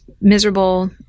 miserable